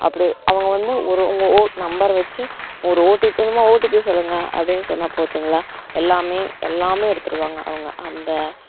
அப்படி அவங்க வந்து ஒரு உங்கள் ஓ நம்பரை வச்சு ஒரு ஓடிபி இந்தாம்மா ஓடிபி சொல்லுங்க அப்படின்னு சொன்னால் போச்சுங்களா எல்லாமே எல்லாமே எடுத்துடுவாங்க அவங்க அந்த